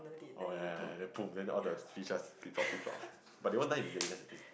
oh ya ya ya then pull then all the fish just flip flop flip flop but they won't die immediately that's the thing